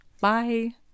Bye